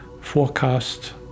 forecast